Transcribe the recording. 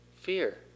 fear